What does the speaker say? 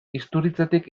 isturitzetik